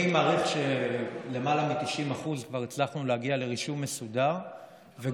אני מעריך שכבר הצלחנו להגיע לרישום מסודר של למעלה מ-90%,